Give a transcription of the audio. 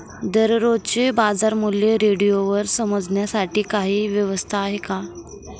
दररोजचे बाजारमूल्य रेडिओवर समजण्यासाठी काही व्यवस्था आहे का?